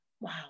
wow